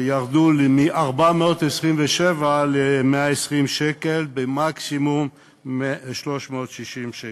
וירדו מ-427 ל-120 שקל, ומקסימום 360 שקל.